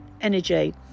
energy